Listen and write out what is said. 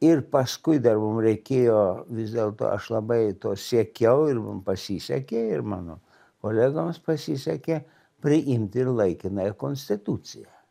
ir paskui dar mum reikėjo vis dėlto aš labai to siekiau ir man pasisekė ir mano kolegoms pasisekė priimti ir laikinąją konstituciją